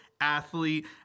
athlete